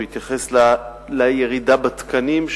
הוא התייחס לירידה בתקנים,